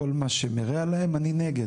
כל מה שמרע להם אני נגד.